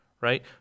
Right